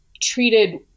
treated